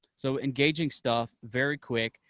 so engaging stuff, very quick,